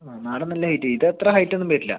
ആ നാടൻ നല്ല ഹൈറ്റ് ഇത് അത്ര ഹൈറ്റ് ഒന്നും വരില്ല